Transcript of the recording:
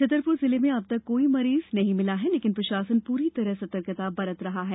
छतरपुर जिले में अब तक कोई मरीज नहीं मिला है लेकिन प्रशासन द्वारा पूरी सतर्कता बरती जा रही है